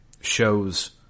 shows